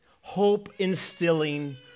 hope-instilling